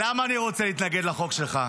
למה אני רוצה להתנגד לחוק שלך?